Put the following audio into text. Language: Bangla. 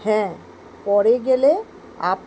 হ্যাঁ পরে গেলে আপ